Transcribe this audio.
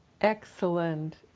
Excellent